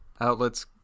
outlets